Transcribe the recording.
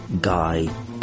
Guy